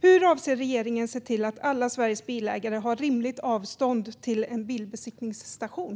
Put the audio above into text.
Hur avser regeringen att se till att alla Sveriges bilägare har rimligt avstånd till en bilbesiktningsstation?